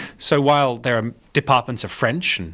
so while there are departments of french, and